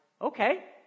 okay